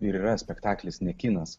ir yra spektaklis ne kinas